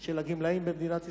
של הגמלאים במדינת ישראל?